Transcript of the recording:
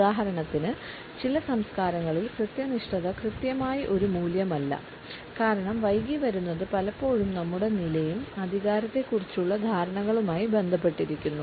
ഉദാഹരണത്തിന് ചില സംസ്കാരങ്ങളിൽ കൃത്യനിഷ്ഠത കൃത്യമായി ഒരു മൂല്യമല്ല കാരണം വൈകി വരുന്നത് പലപ്പോഴും നമ്മുടെ നിലയും അധികാരത്തെക്കുറിച്ചുള്ള ധാരണകളുമായി ബന്ധപ്പെട്ടിരിക്കുന്നു